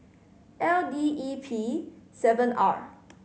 L D E P seven R